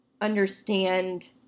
understand